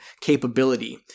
capability